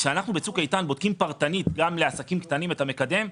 כשאנחנו בצוק איתן בודקים פרטנית גם לעסקים קטנים את המקדם,